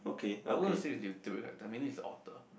I won't assume is is the author